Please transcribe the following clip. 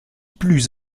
plus